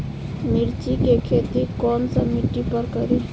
मिर्ची के खेती कौन सा मिट्टी पर करी?